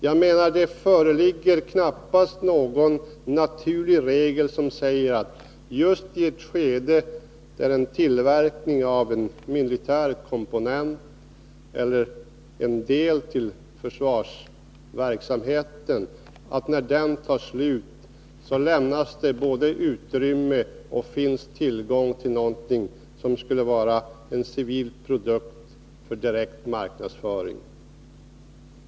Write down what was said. Jag menar att det knappast föreligger någon naturlig regel som säger att det just i ett skede där en tillverkning av en militär komponent — eller av en del till försvarsverksamheten — tar slut, så blir det utrymme för och tillgång till en civil produkt för direkt marknadsföring.